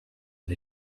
and